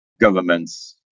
governments